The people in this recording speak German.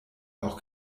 auch